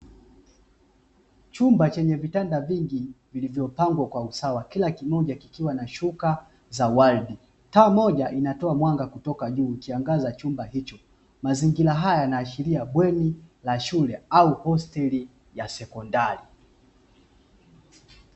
Chumba chenye vitanda vingi vilivyopangwa kwa usawa kila kimoja kikiwa na shuka zawali. Taa moja inatoa mwanga kutoka juu ikiangaza chumba hicho. Mazingira haya yanaashiria bweni la shule au hosteli ya sekondari.